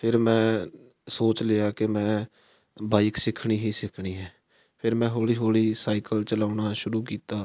ਫਿਰ ਮੈਂ ਸੋਚ ਲਿਆ ਕਿ ਮੈਂ ਬਾਈਕ ਸਿੱਖਣੀ ਹੀ ਸਿੱਖਣੀ ਹੈ ਫਿਰ ਮੈਂ ਹੌਲੀ ਹੌਲੀ ਸਾਈਕਲ ਚਲਾਉਣਾ ਸ਼ੁਰੂ ਕੀਤਾ